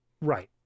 Right